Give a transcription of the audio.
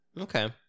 Okay